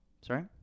Sorry